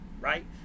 right